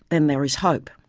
then there is hope.